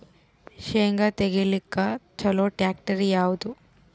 ಶೇಂಗಾ ತೆಗಿಲಿಕ್ಕ ಚಲೋ ಟ್ಯಾಕ್ಟರಿ ಯಾವಾದು?